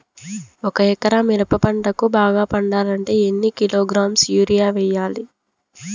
ఒక ఎకరా మిరప పంటకు బాగా పండాలంటే ఎన్ని కిలోగ్రామ్స్ యూరియ వెయ్యాలి?